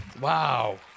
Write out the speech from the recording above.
Wow